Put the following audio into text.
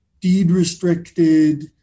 deed-restricted